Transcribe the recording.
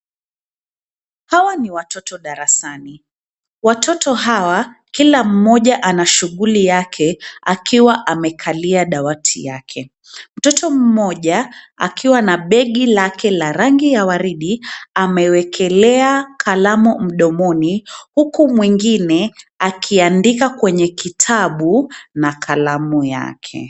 Hawa ni watoto darasani. Watoto hawa, kila mmoja ana shughuli yake, akiwa amekalia dawati yake. Mtoto mmoja akiwa na begi lake la rangi ya waridi amewekelea kalamu mdomoni, huku mwingine akiandika kwenye kitabu na kalamu yake.